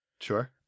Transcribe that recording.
Sure